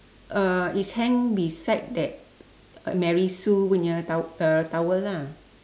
uh it's hanged beside that uh Mary Sue punya to~ uh towel lah